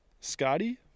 scotty